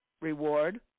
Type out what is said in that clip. reward